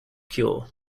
cure